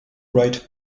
write